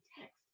text